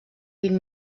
vint